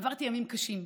עבדתי ימים קשים.